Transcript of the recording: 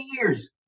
years